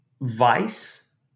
vice